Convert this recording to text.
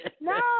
No